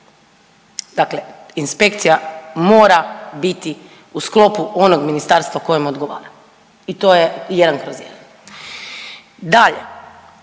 Dakle, inspekcija mora biti u sklopu onog ministarstva kojem odgovara i to je 1/1. Dalje,